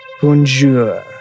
Bonjour